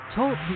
Talk